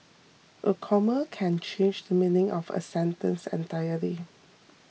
a comma can change the meaning of a sentence entirely